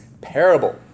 parable